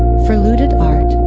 for looted art,